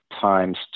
times